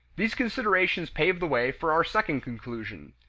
these considerations pave the way for our second conclusion.